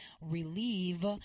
relieve